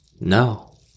no